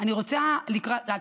בצורה הרבה יותר רצינית.